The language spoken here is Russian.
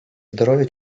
здоровья